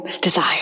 Desire